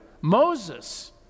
Moses